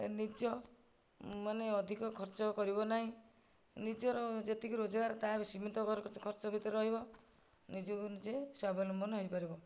ନିଜ ମାନେ ଅଧିକ ଖର୍ଚ୍ଚ କରିବ ନାହିଁ ନିଜର ଯେତିକି ରୋଜଗାର ତାର ସୀମିତ ଖର୍ଚ୍ଚ ଭିତରେ ରହିବ ନିଜକୁ ନିଜେ ସ୍ୱାବଲମ୍ବନ ହୋଇପାରିବ